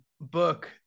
book